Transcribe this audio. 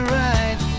right